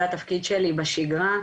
זה התפקיד שלי בשגרה.